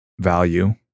value